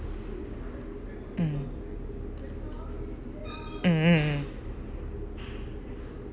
mm mm mm mm